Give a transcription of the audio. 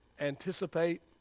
anticipate